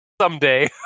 someday